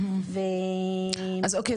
אז אוקי,